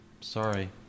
Sorry